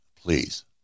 Please